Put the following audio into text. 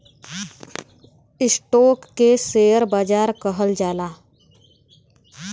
stock के share बाजार कहल जाला